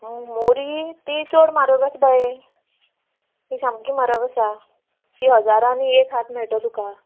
मोरी ती चड म्हारग आस बाये ती सामकी म्हारग आसा ती हजारांनी एक हात मेळटो तुका